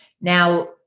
now